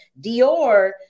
Dior